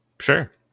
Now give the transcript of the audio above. Sure